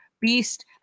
Beast